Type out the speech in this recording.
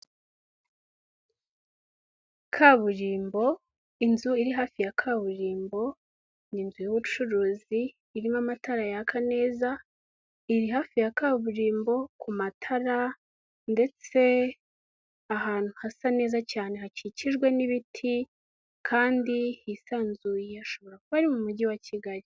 Kaburimbo inzu iri hafi ya kaburimbo ni inzu y'ubucuruzi irimo amatara yaka neza iri hafi ya kaburimbo ku matara ndetse ahantu hasa neza cyane, hakikijwe n'ibiti kandi hisanzuye ashobora kuba ari mu mujyi wa Kigali.